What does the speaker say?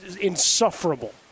insufferable